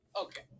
okay